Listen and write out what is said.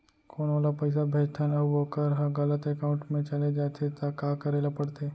कोनो ला पइसा भेजथन अऊ वोकर ह गलत एकाउंट में चले जथे त का करे ला पड़थे?